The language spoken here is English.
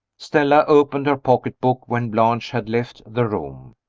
stella opened her pocketbook when blanche had left the room.